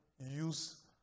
use